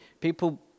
people